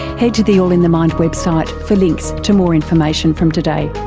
head to the all in the mind website for links to more information from today.